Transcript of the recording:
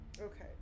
okay